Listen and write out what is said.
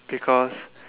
because